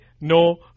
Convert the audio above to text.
no